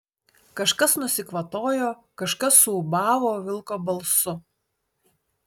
kažkas nusikvatojo kažkas suūbavo vilko balsu